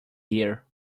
year